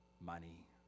money